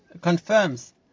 confirms